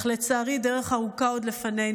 אך לצערי, דרך ארוכה עוד לפנינו.